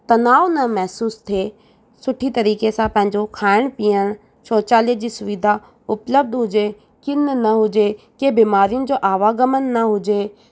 तनाव न महिसूसु थिए सुठी तरीक़े सां पंहिंजो खाइणु पीअणु शौचालय जी सुविधा उपलब्ध हुजेव किनि न हुजे के बीमारियुनि जो आवागमन न हुजे